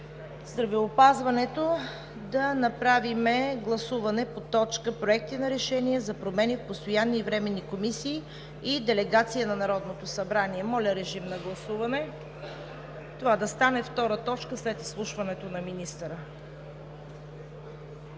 здравеопазването да направим гласуване по точка „Проекти на решения за промени в постоянни и временни комисии и делегация на Народното събрание“. Моля, гласувайте това да стане втора точка след изслушването на министъра.